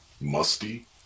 musty